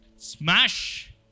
Smash